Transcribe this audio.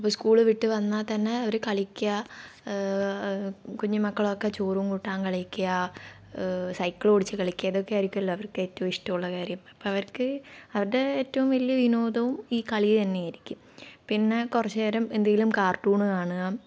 അപ്പം സ്കൂൾ വിട്ട് വന്നാൽ തന്നെ അവർ കളിക്കുക കുഞ്ഞു മക്കളൊക്കെ ചോറും കൂട്ടാൻ കളിക്കുക സൈക്കിളോടിച്ച് കളിക്കുക ഇതൊക്കെയാരിക്കുമല്ലോ അവർക്ക് ഏറ്റവും ഇഷ്ടമുള്ള കാര്യം അപ്പം അവർക്ക് അവരുടെ ഏറ്റവും വലിയ വിനോദവും ഈ കളി തന്നെ ആയിരിക്കും പിന്നെ കുറച്ച് നേരം എന്തെങ്കിലും കാർട്ടൂൺ കാണുക